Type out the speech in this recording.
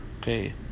okay